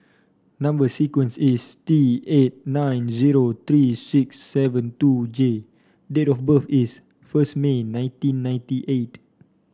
number sequence is T eight nine zero three six seven two J date of birth is first May nineteen ninety eight